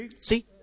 see